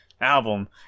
album